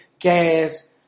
gas